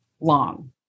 long